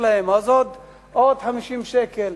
אז עוד 50 שקלים,